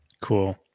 Cool